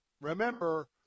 Remember